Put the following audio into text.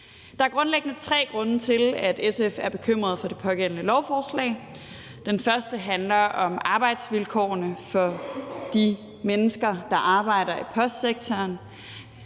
Der er grundlæggende tre grunde til, at SF er bekymrede for det pågældende lovforslag. Den første handler om arbejdsvilkårene for de mennesker, der arbejder i postsektoren.